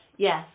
Yes